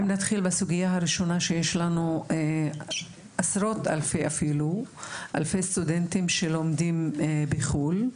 ראשית, יש לנו עשרות אלפי סטודנטים שלומדים בחו"ל,